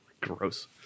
Gross